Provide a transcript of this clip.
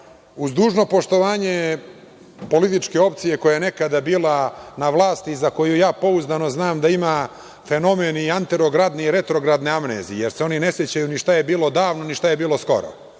dužno poštovanje političke opcije koja je nekada bila na vlasti, za koju ja pouzdano znam da ima fenomen i anterogradne i retrogradne amnezije, jer se oni ne sećaju ni šta je bilo davno, ni šta je bilo skoro. Ja